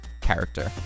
character